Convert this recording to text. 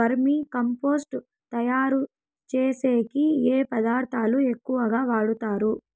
వర్మి compost తయారుచేసేకి ఏ పదార్థాలు ఎక్కువగా వాడుతారు